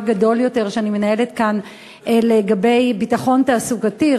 גדול יותר שאני מנהלת כאן לגבי ביטחון תעסוקתי,